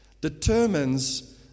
determines